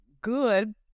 good